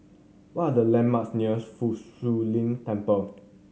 what are the landmarks near Fa Shi Lin Temple